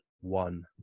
one